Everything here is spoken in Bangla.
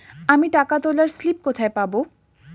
আমি টাকা তোলার স্লিপ কোথায় পাবো?